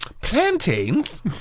Plantains